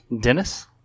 Dennis